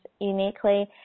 uniquely